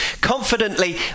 confidently